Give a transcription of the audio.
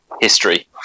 history